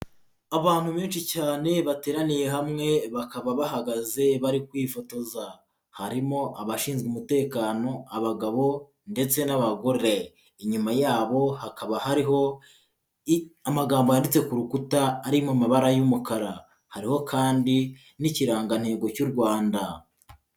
Abantu benshi cyane bateraniye hamwe bakaba bahagaze bari kwifotoza. Harimo abashinzwe umutekano, abagabo ndetse n'abagore, inyuma yabo hakaba hariho amagambo yanditse ku rukuta ari mu mabara y'umukara. Hariho kandi n'ikirangantego cy'u Rwanda.